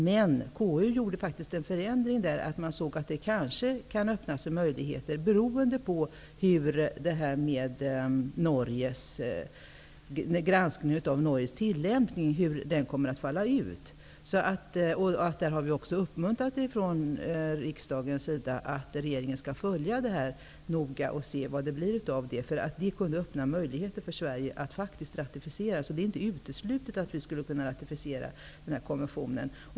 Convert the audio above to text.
Men KU gjorde faktiskt en förändring genom att man såg att det kanske kan öppna sig möjligheter beroende på hur granskningen av Norges tillämpning kommer att utfalla. Riksdagen har också uppmuntrat regeringen att följa detta noga för att se vad det blir av det. Det kunde öppna möjligheter för Sverige att ratificera. Det är alltså inte uteslutet att vi skulle kunna ratificera konventionen.